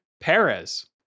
Perez